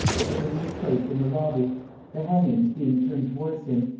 but ever he was placed in the lobby the hangings being turned towards him,